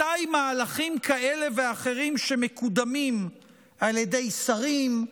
מתי מהלכים כאלה ואחרים שמקודמים על ידי שרים,